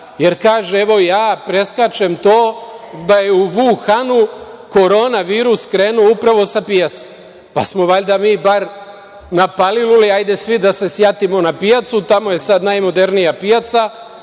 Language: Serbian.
jer kaže, evo ja preskačem to da je u Vuhanu korona virus krenuo upravo sa pijace, pa smo valjda mi bar na Paliluli, ajde svi da se sjatimo na pijacu, tamo je sada najmodernija pijaca,